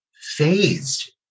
phased